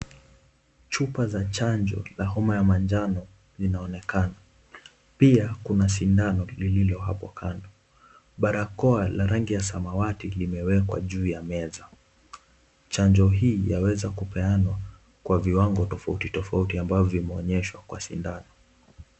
Chupa za chanjo la homa ya manjano, linaonekana. Pia kuna sindano iliyo hapo kando. Barakoa ya rangi ya samawati limewekwa juu ya meza. Chanjo hii nyameza kupeanwa kwa viwango tofauti tofauti ambao vimeonyeshwa kwa sindano.